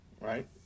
right